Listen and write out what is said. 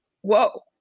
whoa